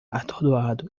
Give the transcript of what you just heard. atordoado